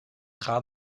gaat